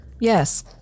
Yes